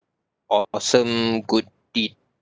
awesome good deed